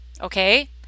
Okay